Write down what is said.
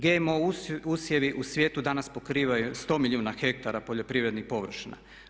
GMO usjevi u svijetu danas pokrivaju 100 milijuna hektara poljoprivrednih površina.